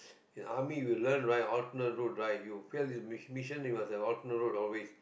in army you learn right alternate route right you fail this mission you must have alternate route always